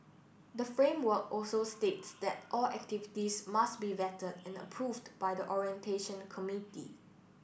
the framework also states that all activities must be vetted and approved by the orientation committee